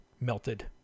melted